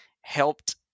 helped